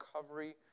Recovery